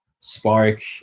spark